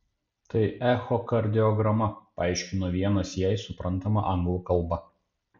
tai echokardiograma paaiškino vienas jai suprantama anglų kalba